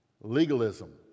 legalism